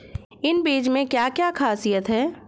इन बीज में क्या क्या ख़ासियत है?